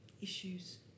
issues